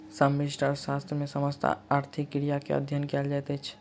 समष्टि अर्थशास्त्र मे समस्त आर्थिक क्रिया के अध्ययन कयल जाइत अछि